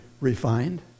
refined